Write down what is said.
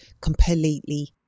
completely